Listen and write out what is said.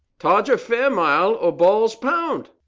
todger fairmile o balls pond.